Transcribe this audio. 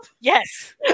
Yes